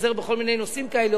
הוא עוזר בכל מיני נושאים כאלה,